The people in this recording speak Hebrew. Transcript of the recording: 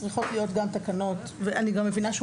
צריכות להיות גם תקנות אני מבינה שהוא